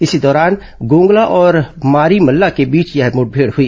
इसी दौरान गोंगला और मारिमल्ला के बीच यह मुठभेड़ हुई